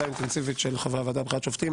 האינטנסיבית של חברי הוועדה לבחירת שופטים,